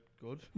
Good